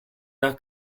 dal